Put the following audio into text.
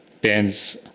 bands